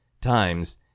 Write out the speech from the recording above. times